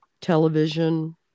television